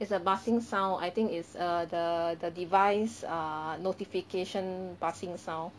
it's a buzzing sound I think is a the the device err notification buzzing sound